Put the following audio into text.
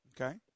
Okay